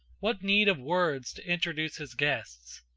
what need of words to introduce his guests?